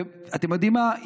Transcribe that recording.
ואתם יודעים מה?